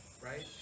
right